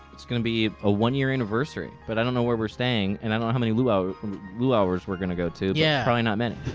it's gonna be a one year anniversary. but i don't know where we're staying and i don't know how many luaur's luaur's we're gonna go to but yeah probably not many.